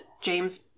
James